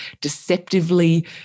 deceptively